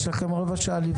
יש לכם רבע שעה לבדוק.